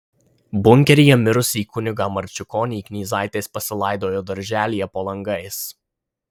bunkeryje mirusį kunigą marčiukonį knyzaitės pasilaidojo darželyje po langais